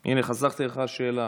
הינה, חסכתי לך שאלה.